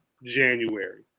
January